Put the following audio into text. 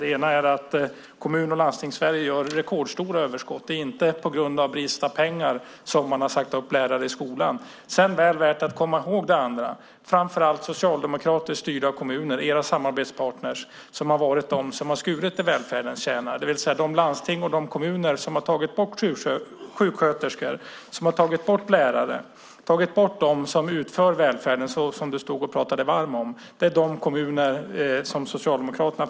Det ena är att Kommun och landstingssverige har rekordstora överskott. Det är inte på grund av brist på pengar som man sagt upp lärare i skolan. Det andra, som är väl värt att komma ihåg, är att framför allt socialdemokratiskt styrda kommuner - era samarbetspartner, Gustav Fridolin - är de som skurit i välfärdens kärna. De landsting och kommuner som tagit bort sjuksköterskor, tagit bort lärare, tagit bort dem som utför välfärdstjänsterna, tagit bort dem som du talade dig varm för, är sådana som framför allt styrs av Socialdemokraterna.